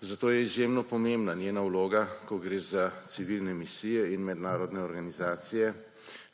Zato je izjemno pomembna njena vloga, ko gre za civilne misije in mednarodne organizacije,